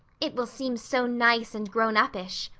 it will seem so nice and grown-uppish.